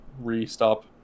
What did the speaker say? re-stop